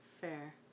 fair